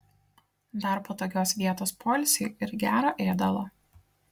dar patogios vietos poilsiui ir gero ėdalo